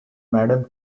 madame